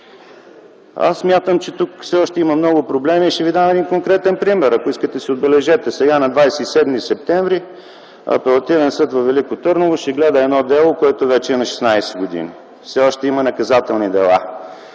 Аз смятам, че тук все още има много проблеми и ще ви дам един конкретен пример, ако искате си отбележете. Сега на 27 септември Апелативният съд във Велико Търново ще гледа едно дело, което вече е на 16 години. Все още има наказателни дела